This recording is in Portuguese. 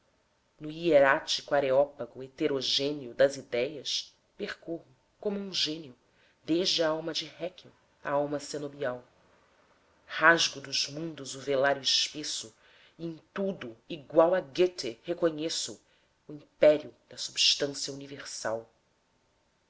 no hierático areópago heterogêneo das idéias percorro como um gênio desde a alma de haeckel à alma cenobial rasgo dos mundos o velário espesso e em tudo igual a goethe reconheço o império da substância universal